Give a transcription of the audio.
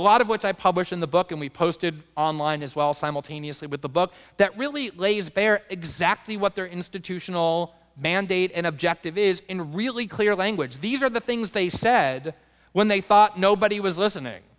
lot of which i publish in the book and we posted online as well simultaneously with the book that really lays bare exactly what they're institutional mandate and objective is in really clear language these are the things they said when they thought nobody was listening